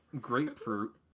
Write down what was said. grapefruit